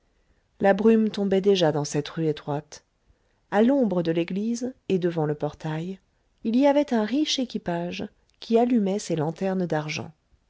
la brume tombait déjà dans cette rue étroite a l'ombre de l'église et devant le portail il y avait un riche équipage qui allumait ses lanternes d'argent